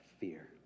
fear